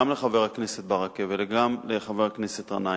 גם לחבר הכנסת ברכה וגם לחבר הכנסת גנאים,